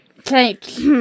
Thanks